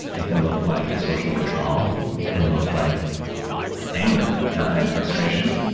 it can look like social withdrawal. it can look like anger and frustration.